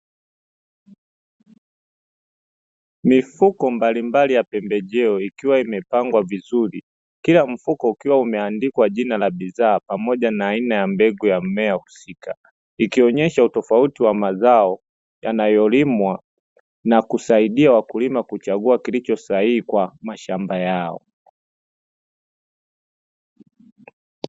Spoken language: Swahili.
Mifuko mbalimbali ya pembejeo ikiwa imepangwa vizuri, kila mfuko ukiwa umeandikwa jina la bidhaa pamoja na aina ya mbegu ya mmea husika, ikionesha utofauti wa mazao yanayolimwa na kusaidia wakulima kuchagua kilicho sahihi kwa mashamba yao.